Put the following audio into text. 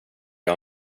jag